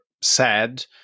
sad